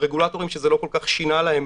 רגולטורים שזה לא כל כך שינה להם,